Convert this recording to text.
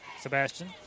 Sebastian